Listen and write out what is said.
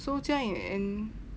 so jia ying and